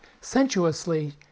sensuously